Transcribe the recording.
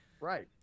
right